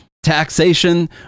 taxation